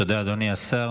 תודה, אדוני השר.